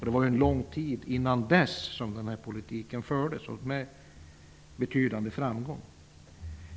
Den här politiken fördes under lång tid innan dess, med betydande framgång.